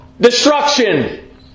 Destruction